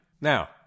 Now